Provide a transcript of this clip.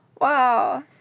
Wow